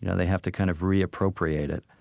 you know they have to kind of re-appropriate it.